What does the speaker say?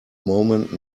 moment